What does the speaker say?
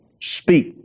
speak